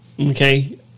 Okay